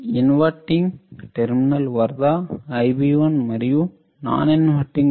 విలోమ టెర్మినల్ వద్ద Ib1 మరియు నాన్ ఇన్వర్టింగ్ టెర్మినల్ వద్ద Ib2